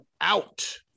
out